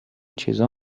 چیزا